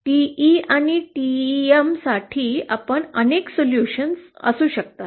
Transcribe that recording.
TE आणि TM साठी आपण अनेक सोल्यूशन असू शकतात